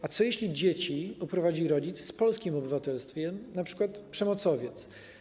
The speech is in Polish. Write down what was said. A co jeśli dzieci uprowadzi rodzic z polskim obywatelstwem, np. przemocowiec?